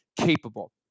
capable